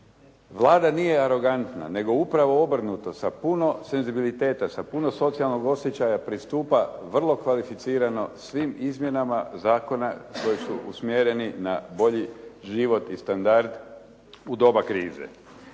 Vlada nije arogantna, nego upravo obrnuto sa puno senzibiliteta, sa puno socijalnog osjećaja pristupa vrlo kvalificirano svim izmjenama zakona koji su usmjereni na bolji život i standard u doba krize.